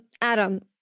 Adam